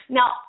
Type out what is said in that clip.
Now